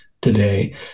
today